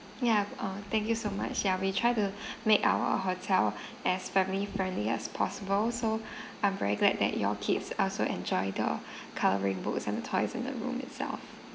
ya uh thank you so much ya we tried to make our hotel as family friendly as possible so I'm very glad that your kids also enjoy the coloring books and the toys in the room itself